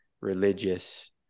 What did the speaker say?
religious